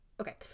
Okay